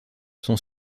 son